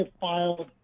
filed